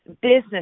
business